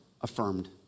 affirmed